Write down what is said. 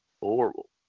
Horrible